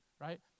right